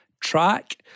track